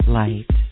light